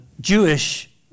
Jewish